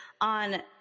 on